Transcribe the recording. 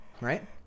right